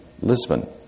Lisbon